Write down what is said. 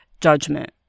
judgment